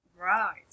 Right